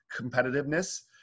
competitiveness